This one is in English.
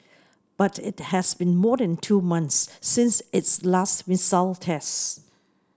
but it has been more than two months since its last missile test